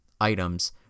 items